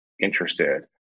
interested